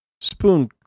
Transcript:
spoon